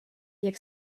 jak